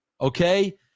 okay